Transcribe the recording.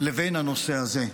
לבין הנושא הזה.